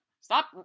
Stop